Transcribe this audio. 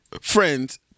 friends